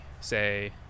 say